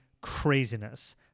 craziness